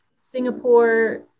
Singapore